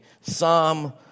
Psalm